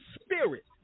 Spirit